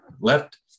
left